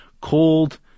called